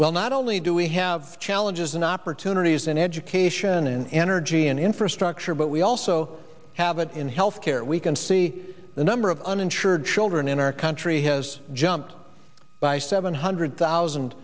well not only do we have challenges and opportunities in education in energy and infrastructure but we also have it in health care we can see the number of uninsured children in our country has jumped by seven hundred thousand